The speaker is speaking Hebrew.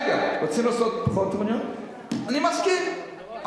אני מסכים,